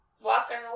walking